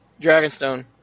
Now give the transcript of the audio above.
Dragonstone